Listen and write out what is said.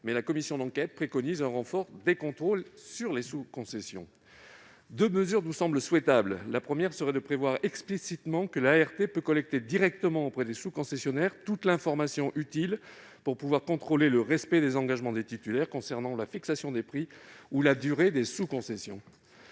mais la commission d'enquête préconise un renfort des contrôles des sous-concessions. Deux mesures nous semblent souhaitables. La première serait de prévoir explicitement que l'ART puisse collecter directement auprès des sous-concessionnaires toute information utile pour contrôler le respect des engagements des titulaires concernant la fixation des prix ou la durée des sous-concessions.